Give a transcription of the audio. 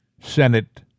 Senate